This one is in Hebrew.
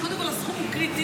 אז קודם כול הסכום הוא קריטי.